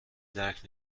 درک